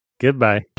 Goodbye